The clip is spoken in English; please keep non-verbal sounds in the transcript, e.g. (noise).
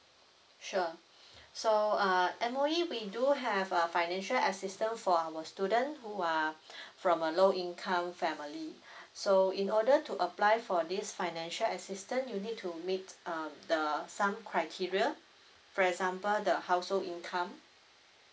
sure so uh M_O_E we do have uh financial assistance for our student who are (breath) from a low income family (breath) so in order to apply for this financial assistance you need to meet uh the some criteria for example the household income